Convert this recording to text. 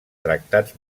tractats